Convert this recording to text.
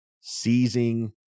seizing